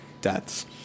deaths